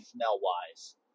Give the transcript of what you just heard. smell-wise